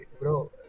bro